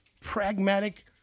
pragmatic